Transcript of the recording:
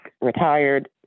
retired